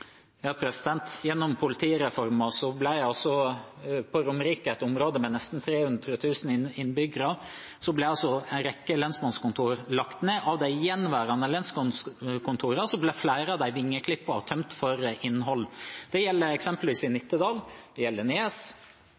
Gjennom politireformen ble det på Romerike, et område med nesten 300 000 innbyggere, lagt ned en rekke lensmannskontor. Av de gjenværende lensmannskontorene ble flere av dem vingeklippet og tømt for innhold. Det gjelder eksempelvis i Nittedal, det gjelder i Nes